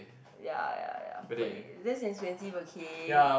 ya ya ya but it less expensive okay